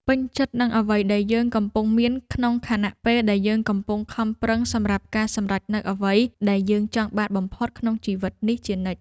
ពេញចិត្តនឹងអ្វីដែលយើងកំពុងមានក្នុងខណៈពេលដែលយើងកំពុងខំប្រឹងសម្រាប់ការសម្រេចនូវអ្វីដែលយើងចង់បានបំផុតក្នុងជីវិតនេះជានិច្ច។